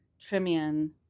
Trimian